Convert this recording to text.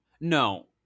No